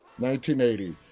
1980